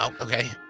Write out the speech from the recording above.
Okay